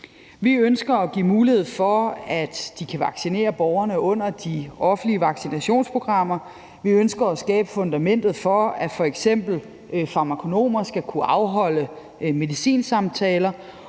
Vi ønsker at give mulighed for, at de kan vaccinere borgerne under de offentlige vaccinationsprogrammer, vi ønsker at skabe fundamentet for, at f.eks. farmakonomer skal kunne afholde medicinsamtaler,